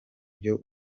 byo